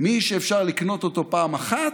מי שאפשר לקנות אותו פעם אחת,